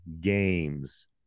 games